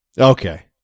Okay